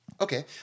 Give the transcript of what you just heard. Okay